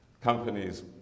companies